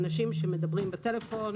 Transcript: אנשים שמדברים בטלפון,